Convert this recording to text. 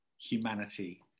humanity